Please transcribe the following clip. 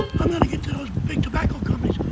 i'm gonna get to those big tobacco companies,